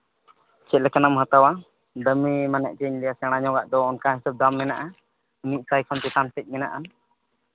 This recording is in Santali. ᱪᱮᱫ ᱞᱮᱠᱟᱱᱟᱜ ᱮᱢ ᱦᱟᱛᱟᱣᱟ ᱫᱟᱹᱢᱤ ᱢᱟᱱᱮ ᱪᱮᱫ ᱤᱧ ᱞᱟᱹᱭᱟ ᱥᱮᱬᱟ ᱧᱚᱜᱟᱜ ᱫᱚ ᱚᱱᱠᱟ ᱦᱤᱥᱟᱹᱵ ᱫᱟᱢ ᱢᱮᱱᱟᱜᱼᱟ ᱢᱤᱫ ᱥᱟᱭ ᱠᱷᱚᱱ ᱪᱮᱛᱟᱱ ᱥᱮᱫ ᱢᱮᱱᱟᱜᱼᱟ